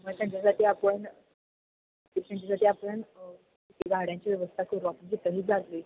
मग त्यांच्यासाठी आपण त्यांच्यासाठी आपण गाड्यांची व्यवस्था करू आपण